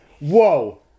Whoa